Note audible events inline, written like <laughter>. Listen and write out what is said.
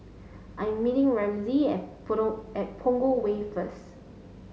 I'm meeting Ramsey at <unintelligible> at Punggol Way first